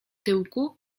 tyłku